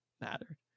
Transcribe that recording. mattered